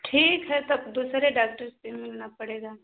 ठीक है तब दुसरे डाक्टर से मिलना पड़ेगा